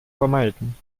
vermeiden